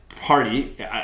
party